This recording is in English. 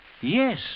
Yes